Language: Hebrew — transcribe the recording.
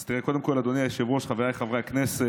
אז קודם כול, אדוני היושב-ראש, חבריי חברי הכנסת,